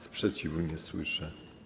Sprzeciwu nie słyszę.